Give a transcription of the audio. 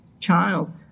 child